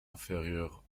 inférieurs